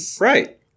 Right